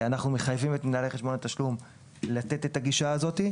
אנחנו מחייבים את מנהלי חשבון התשלום לתת את הגישה הזו,